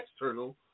external